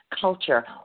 culture